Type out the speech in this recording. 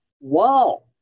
Wow